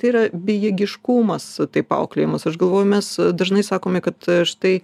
tai yra bejėgiškumas taip auklėjamas aš galvoju mes dažnai sakome kad štai